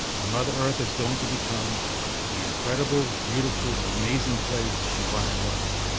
and mother earth is going to become the incredible, beautiful, amazing place she once was.